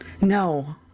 No